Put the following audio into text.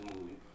movie